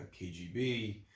KGB